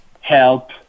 help